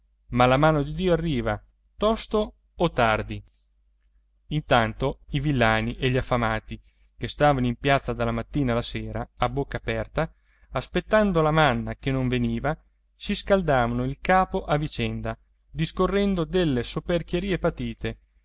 ma la mano di dio arriva tosto o tardi intanto i villani e gli affamati che stavano in piazza dalla mattina alla sera a bocca aperta aspettando la manna che non veniva si scaldavano il capo a vicenda discorrendo delle soperchierie patite